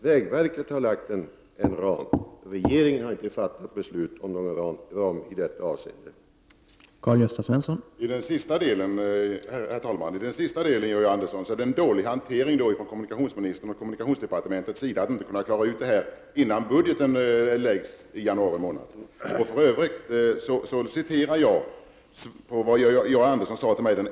Vägverket har lagt en ram, men regeringen har inte fattat beslut om någon ram i detta avseende.